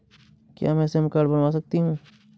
क्या मैं श्रम कार्ड बनवा सकती हूँ?